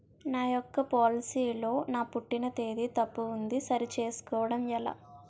నా యెక్క పోలసీ లో నా పుట్టిన తేదీ తప్పు ఉంది సరి చేసుకోవడం ఎలా?